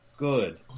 good